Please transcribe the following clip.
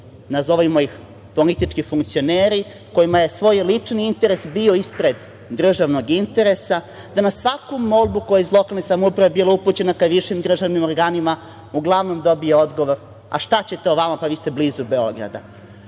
nazovimo ih politički funkcioneri kojima je njihov lični interes bio ispred državnog interesa, da na svaku molbu koja je iz lokalne samouprave bila upućena ka višim državnim organima uglavnom dobio odgovor – a šta će to vama, pa vi ste blizu